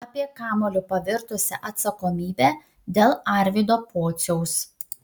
apie kamuoliu pavirtusią atsakomybę dėl arvydo pociaus